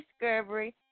Discovery